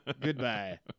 Goodbye